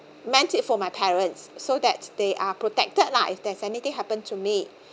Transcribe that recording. meant it for my parents so that they are protected lah if there's anything happen to me